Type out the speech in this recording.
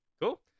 cool